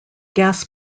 gas